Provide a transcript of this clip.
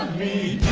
me